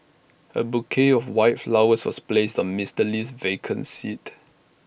A bouquet of white flowers was placed on Mister Lee's vacant seat